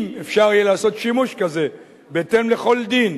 אם אפשר יהיה לעשות שימוש כזה בהתאם לכל דין,